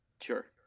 Sure